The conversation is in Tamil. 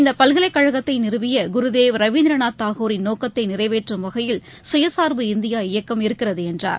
இந்தபல்கலைக்கழகத்தைநிறுவியகுருதேவ் ரவீந்திரநாத் தாகூரின் நோக்கத்தைநிறைவேற்றம் வகையில் சுயசாா்பு இந்தியா இயக்கம் இருக்கிறதுஎன்றார்